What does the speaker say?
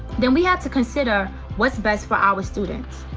then we have to consider what's best for our students.